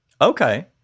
okay